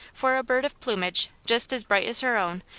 for a bird of plumage, just as bright as her own,